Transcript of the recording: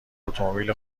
اتومبیل